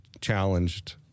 challenged